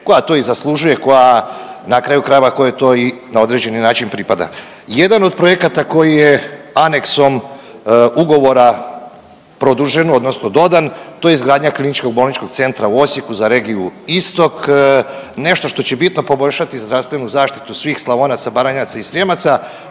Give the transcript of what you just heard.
koja to i zaslužuje, koja, na kraju krajeva kojoj to i na određeni način i pripada. Jedan od projekata koji je aneksom ugovora produžen odnosno dodan to je izgradnja KBC u Osijeku za regiju istok, nešto što će bitno poboljšati zdravstvenu zaštitu svih Slavonaca, Baranjaca i Srijemaca,